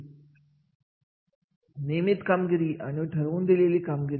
अशा कार्याचे महत्त्व वाढत असते कारण ते कार्य दुसऱ्या महत्त्वाच्या कार्यशी निगडित असते